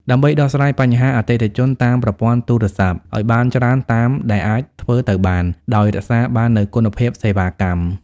ដើម្បីដោះស្រាយបញ្ហាអតិថិជនតាមប្រព័ន្ធទូរស័ព្ទឱ្យបានច្រើនតាមដែលអាចធ្វើទៅបាន ដោយរក្សាបាននូវគុណភាពសេវាកម្ម។